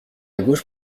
gauche